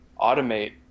automate